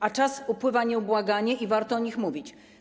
A czas upływa nieubłaganie i warto o nich mówić.